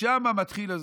משם זה מתחיל.